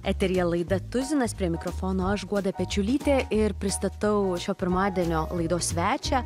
eteryje laida tuzinas prie mikrofono aš guoda pečiulytė ir pristatau šio pirmadienio laidos svečią